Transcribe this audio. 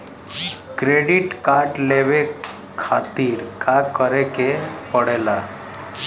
Credit card लेवे खातिर का करे के पड़ेला?